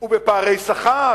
ובפערי שכר